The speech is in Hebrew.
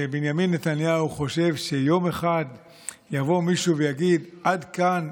שבנימין נתניהו חושב שיום אחד יבוא מישהו ויגיד: עד כאן,